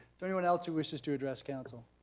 anyone else who wishes to address council?